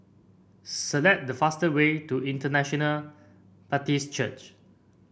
select the fastest way to International Baptist Church